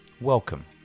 Welcome